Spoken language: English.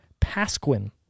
Pasquin